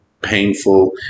painful